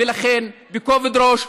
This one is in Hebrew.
ולכן בכובד ראש,